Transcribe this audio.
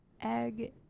egg